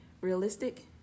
realistic